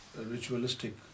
ritualistic